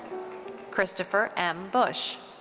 christopher m. bush.